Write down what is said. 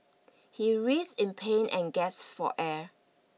he writhed in pain and gasped for air